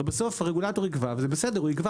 הרי בסוף הרגולטור יקבע וזה בסדר הוא יקבע